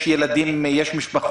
יש להם ילדים, יש משפחות.